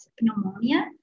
pneumonia